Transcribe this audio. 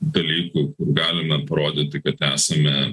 dalykų kur galime parodyti kad esame